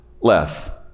less